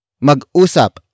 Mag-usap